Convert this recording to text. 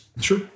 Sure